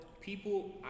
people